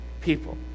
people